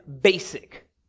basic